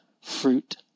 fruit